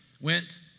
went